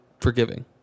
forgiving